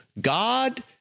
God